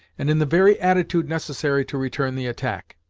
and in the very attitude necessary to return the attack.